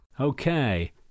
Okay